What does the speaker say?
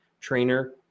trainer